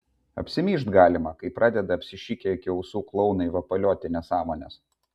apsimyžt galima kai pradeda apsišikę iki ausų klounai vapalioti nesąmones